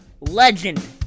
legend